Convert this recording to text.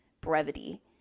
brevity